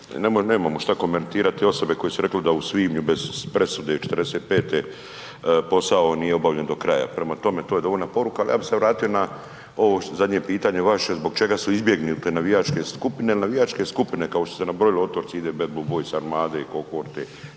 nemamo šta komentirati osobe koje su rekle da u svibnju bez presude 45. posao nije obavljen do kraja, prema tome, to je dovoljna poruka, ali ja bih se vratio na ovo zadnje pitanje vaše zbog čega su izbjegnute navijačke skupine jer navijačke skupine kao što ste nabrojali, .../Govornik se ne razumije./... ide BBB-a, Armade i Kohorte,